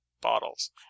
bottles